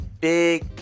Big